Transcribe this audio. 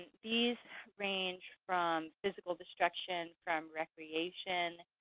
these range from physical destruction from recreation